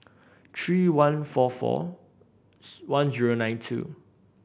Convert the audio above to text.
three one four four one zero nine two